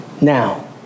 now